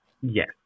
Yes